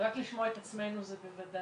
לשמוע רק את עצמנו זה בוודאי